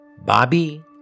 Bobby